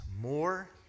more